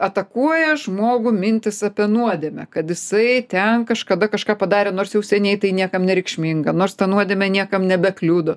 atakuoja žmogų mintys apie nuodėmę kad jisai ten kažkada kažką padarė nors jau seniai tai niekam nereikšminga nors ta nuodėmė niekam nebekliudo